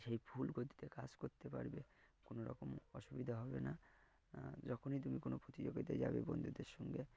সেই ফুল গতিতে কাজ করতে পারবে কোনোরকম অসুবিধা হবে না যখনই তুমি কোনো প্রতিযোগিতা যাবে বন্ধুদের সঙ্গে